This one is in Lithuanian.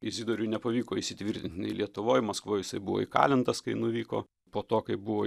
izidoriui nepavyko įsitvirtint nei lietuvoj maskvoj jisai buvo įkalintas kai nuvyko po to kai buvo